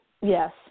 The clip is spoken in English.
yes